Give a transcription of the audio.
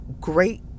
great